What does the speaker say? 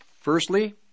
firstly